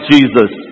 Jesus